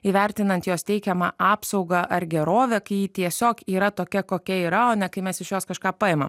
įvertinant jos teikiamą apsaugą ar gerovę kai ji tiesiog yra tokia kokia yra o kai mes iš jos kažką paimam